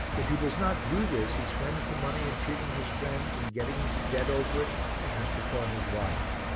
if he does not do this he spends the money in treating his friends and getting into debt over it and has to pawn his watch.